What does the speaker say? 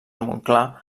montclar